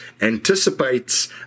anticipates